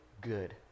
good